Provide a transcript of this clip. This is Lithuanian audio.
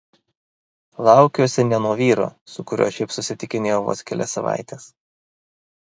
laukiuosi ne nuo vyro su kuriuo šiaip susitikinėjau vos kelias savaites